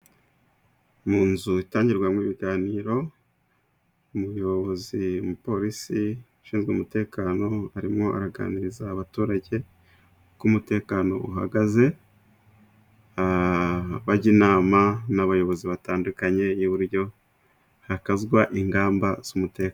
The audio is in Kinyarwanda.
Mu nzu itangirwamo ibiganiro, umupolisi ushinzwe umutekano arimo araganiriza abaturage uko umutekano uhagaze bajya inama n'abayobozi batandukanye, y'buryo hakazwa ingamba z'umutekano.